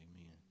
Amen